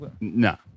no